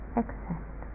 accept